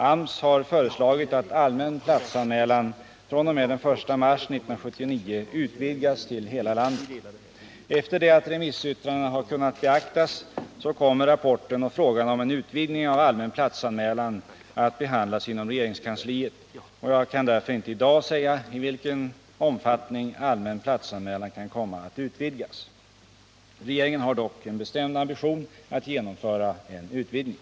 AMS har föreslagit att allmän platsanmälan fr.o.m. den 1 mars 1979 utvidgas till hela landet. Efter det att remissyttrandena har kunnat beaktas kommer rapporten och frågan om en utvidgning av allmän platsanmälan att behandlas inom regeringskansliet, och jag kan därför inte i dag säga i vilken omfattning allmän platsanmälan kan komma att införas. Regeringen har dock en bestämd ambition att genomföra en utvidgning.